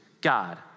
God